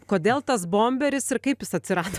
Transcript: kodėl tas bomberis ir kaip jis atsirado